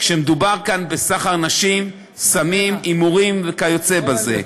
מדובר כאן בסחר נשים, סמים, הימורים וכיוצא בזה.